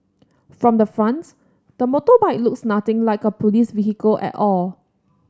from the front the motorbike looks nothing like a police vehicle at all